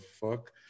fuck